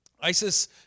ISIS